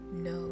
no